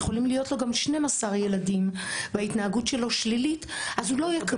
יכולים להיות גם 12 ילדים וההתנהגות שלו שלילית אז הוא לא יקבל.